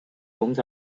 rooms